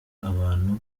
abantu